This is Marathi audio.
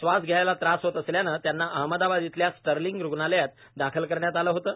श्वास घ्यायला त्रास होत असल्यानं त्यांना अहमदाबाद इथल्या स्टर्लींग रुग्णालयात दाखल करण्यात आलं होतं